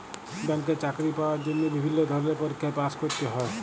ব্যাংকে চাকরি পাওয়ার জন্হে বিভিল্য ধরলের পরীক্ষায় পাস্ ক্যরতে হ্যয়